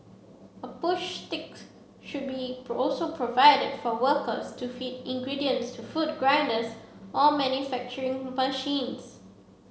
a push sticks should be also provided for workers to feed ingredients to food grinders or manufacturing machines